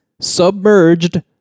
submerged